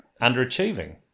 underachieving